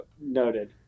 noted